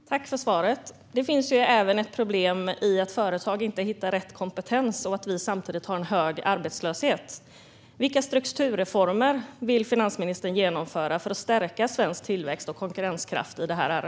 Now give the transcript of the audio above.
Herr talman! Tack, finansministern, för svaret! Det finns även ett problem i att företag inte hittar rätt kompetens och att vi samtidigt har en hög arbetslöshet. Vilka strukturreformer vill finansministern genomföra för att stärka svensk tillväxt och konkurrenskraft i detta läge?